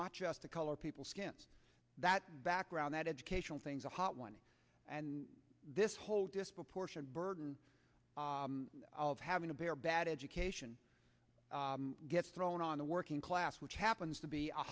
not just a color people skin that background that educational things a hot one and this whole disproportionate burden of having to bear bad education gets thrown on the working class which happens to be a